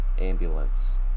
ambulance